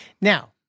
Now –